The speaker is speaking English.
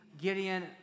Gideon